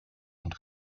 und